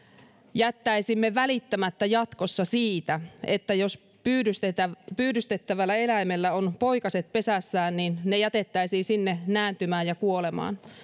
jättäisimme välittämättä jatkossa siitä jos pyydystettävällä pyydystettävällä eläimellä on poikaset pesässään ja jätettäisiin sinne nääntymään ja kuolemaan